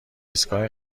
ایستگاه